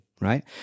right